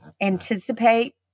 anticipate